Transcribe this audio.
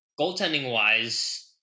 goaltending-wise